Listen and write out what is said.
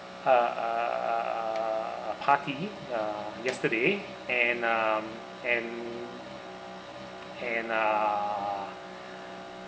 uh uh uh uh party uh yesterday and um and and uh